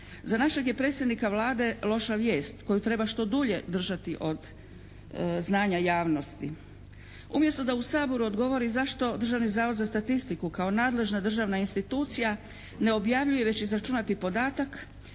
za našeg je predsjednika Vlade loša vijest koju treba što dulje držati od znanja javnosti. Umjesto da u Saboru odgovori zašto Državni zavod za statistiku kao nadležna državna institucija ne objavljuje već izračunati podatak,